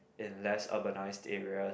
in less urbanised areas